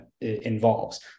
involves